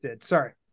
sorry